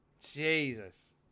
Jesus